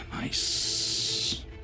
Nice